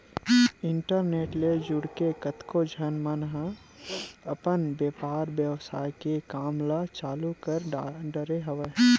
internet ले जुड़के कतको झन मन ह अपन बेपार बेवसाय के काम ल चालु कर डरे हवय